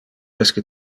esque